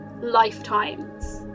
lifetimes